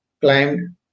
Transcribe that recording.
climbed